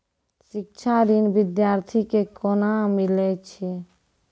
शिक्षा ऋण बिद्यार्थी के कोना मिलै छै?